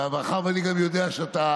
ומאחר שאני גם יודע שאתה